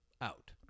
out